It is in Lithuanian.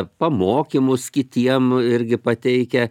pamokymus kitiem irgi pateikia